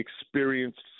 experienced